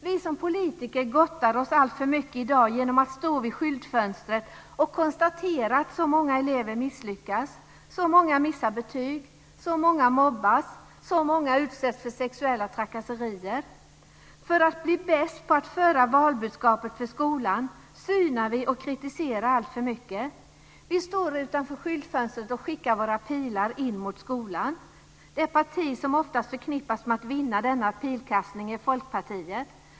Vi som politiker gottar oss alltför mycket i dag genom att stå vid skyltfönstret och konstatera att så många elever misslyckas, så många missar betyg, så många mobbas, så många utsätts för sexuella trakasserier. För att bli bäst på att föra valbudskapet till skolan synar vi och kritiserar alltför mycket. Vi står utanför skyltfönstret och skickar våra pilar in mot skolan. Det parti som oftast förknippas med att vinna denna pilkastning är Folkpartiet.